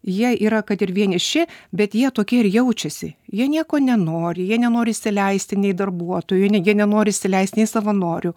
jie yra kad ir vieniši bet jie tokie ir jaučiasi jie nieko nenori jie nenori įsileisti nei darbuotojų nei jie nenori įsileist nei savanorių